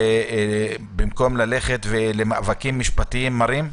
במקום ללכת למאבקים משפטיים מרים?